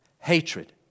Hatred